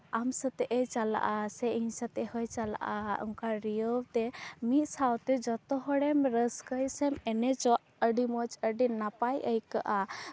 ᱟᱢ ᱥᱟᱛᱮᱜᱼᱮ ᱪᱟᱞᱟᱜᱼᱟ ᱥᱮ ᱤᱧ ᱥᱟᱛᱮᱜ ᱦᱚᱸᱭ ᱪᱟᱞᱟᱜᱼᱟ ᱚᱱᱠᱟ ᱨᱤᱭᱟᱹᱣ ᱛᱮ ᱢᱤᱫ ᱥᱟᱶᱛᱮ ᱡᱚᱛᱚ ᱦᱚᱲᱮᱢ ᱨᱟᱹᱥᱠᱟᱹᱭ ᱥᱮᱢ ᱮᱱᱮᱡᱚᱜ ᱟᱹᱰᱤ ᱢᱚᱡᱽ ᱟᱹᱰᱤ ᱱᱟᱯᱟᱭ ᱟᱹᱭᱠᱟᱹᱜᱼᱟ